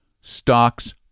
Stocks